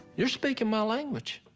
you're speaking my language.